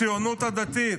הציונות הדתית,